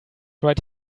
right